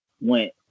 went